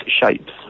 shapes